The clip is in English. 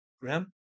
graham